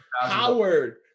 howard